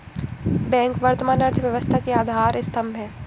bank वर्तमान अर्थव्यवस्था के आधार स्तंभ है